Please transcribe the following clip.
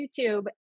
YouTube